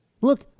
Look